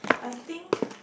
I think